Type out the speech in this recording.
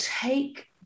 take